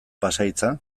pasahitza